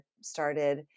started